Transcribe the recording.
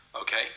Okay